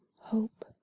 hope